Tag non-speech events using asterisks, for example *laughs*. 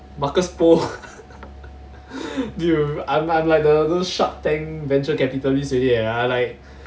marcus poh *laughs* dude I'm I'm like the those shark tank venture capitalist already leh I like